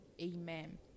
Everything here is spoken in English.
Amen